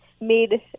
made